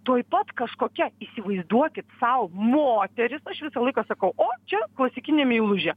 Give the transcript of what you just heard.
tuoj pat kažkokia įsivaizduokit sau moteris aš visą laiką sakau o čia klasikinė meilužė